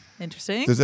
interesting